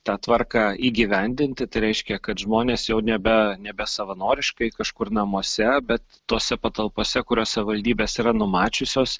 tą tvarką įgyvendinti tai reiškia kad žmonės jau nebe nebe savanoriškai kažkur namuose bet tose patalpose kurias savivaldybės yra numačiusios